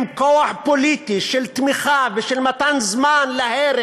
עם כוח פוליטי של תמיכה ושל מתן זמן להרג